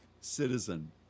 citizen